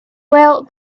well